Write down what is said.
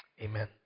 Amen